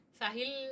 sahil